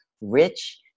rich